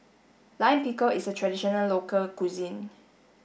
Lime Pickle is a traditional local cuisine